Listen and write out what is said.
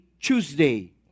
Tuesday